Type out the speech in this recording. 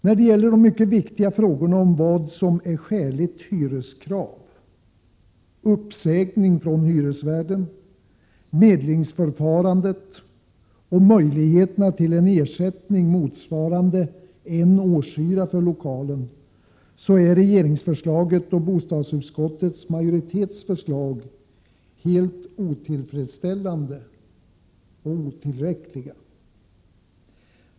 När det gäller de mycket viktiga frågorna'om vad som är skäligt hyreskrav, uppsägning från hyresvärdens sida, medlingsförfarandet och möjligheterna till en ersättning motsvarande en årslokalhyra är regeringens förslag och utskottsmajoritetens förslag helt otillfredsställande och otillräckliga.